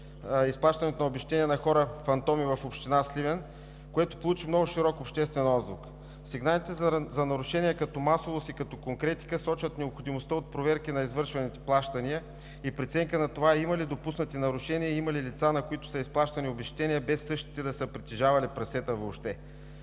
изплащането на обезщетения на хора-фантоми в община Сливен, което получи много широк обществен отзвук. Сигналите за нарушения като масовост и като конкретика сочат необходимостта от проверки на извършваните плащания и преценка на това има ли допуснати нарушения и има ли лица, на които са изплащани обезщетения, без същите да са притежавали прасета въобще.